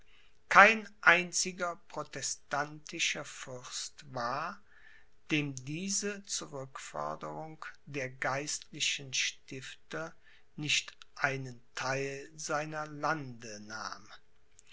kein einziger protestantischer fürst war dem diese zurückforderung der geistlichen stifter nicht einen theil seiner lande nahm